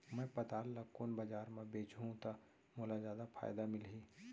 मैं पताल ल कोन बजार म बेचहुँ त मोला जादा फायदा मिलही?